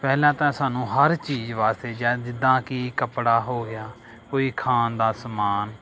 ਪਹਿਲਾਂ ਤਾਂ ਸਾਨੂੰ ਹਰ ਚੀਜ਼ ਵਾਸਤੇ ਜਾਂ ਜਿੱਦਾਂ ਕਿ ਕੱਪੜਾ ਹੋ ਗਿਆ ਕੋਈ ਖਾਣ ਦਾ ਸਮਾਨ